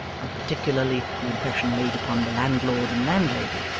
and particularly the impression made upon the landlord and landlady,